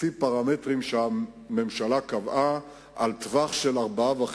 לפי פרמטרים שהממשלה קבעה בטווח של 4.5